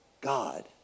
God